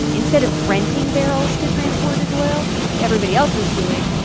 instead of renting barrels to transport his oil like everybody else was doing,